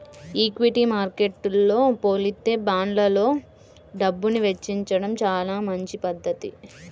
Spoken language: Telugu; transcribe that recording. ఈక్విటీ మార్కెట్టుతో పోలిత్తే బాండ్లల్లో డబ్బుని వెచ్చించడం చానా మంచి పధ్ధతి